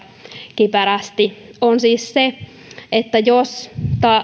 kiperästi on siis se että jos